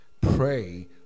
pray